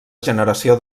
generació